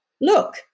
look